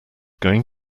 going